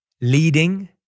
Leading